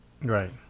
right